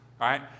Right